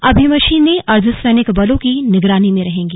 अब यह मशीनें अर्दध सैनिक बलों की निगरानी में रहेंगी